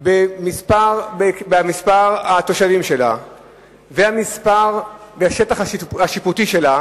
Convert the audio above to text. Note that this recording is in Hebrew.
מספר התושבים שלה והשטח השיפוטי שלה